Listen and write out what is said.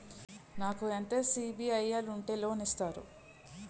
నాకు ఎంత సిబిఐఎల్ ఉంటే లోన్ ఇస్తారు?